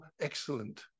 excellent